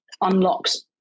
unlocks